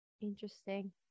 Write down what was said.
Interesting